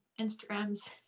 Instagram's